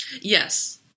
Yes